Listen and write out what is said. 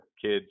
kids